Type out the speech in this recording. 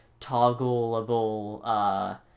toggleable